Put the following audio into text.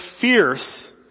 fierce